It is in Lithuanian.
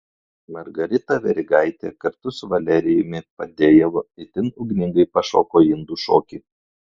margarita verigaitė kartu su valerijumi fadejevu itin ugningai pašoko indų šokį